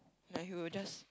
like he will just